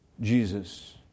Jesus